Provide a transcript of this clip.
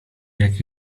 jak